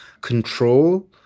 Control